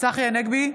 צחי הנגבי,